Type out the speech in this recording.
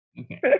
Okay